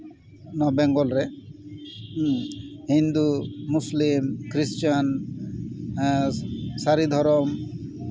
ᱱᱚᱣᱟ ᱵᱮᱝᱜᱚᱞ ᱨᱮ Hindu Muslim Christian ᱥᱟᱹᱨᱤᱫᱷᱚᱨᱚᱢ